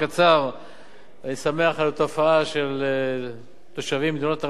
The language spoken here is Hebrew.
אני שמח על התופעה של תושבי מדינות הרווחה כמו אירופה,